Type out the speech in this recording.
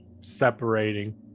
separating